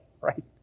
right